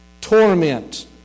torment